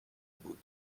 بود